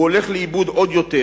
הוא הולך לאיבוד עוד יותר.